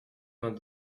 vingt